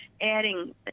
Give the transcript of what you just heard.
adding